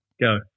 Go